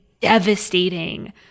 devastating